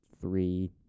three